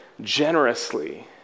generously